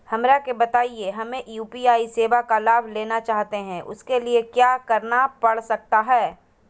हमरा के बताइए हमें यू.पी.आई सेवा का लाभ लेना चाहते हैं उसके लिए क्या क्या करना पड़ सकता है?